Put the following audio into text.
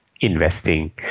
investing